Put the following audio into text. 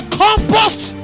compost